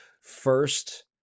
first